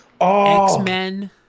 X-Men